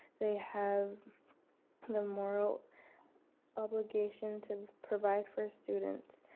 they have the moral obligation to provide for students.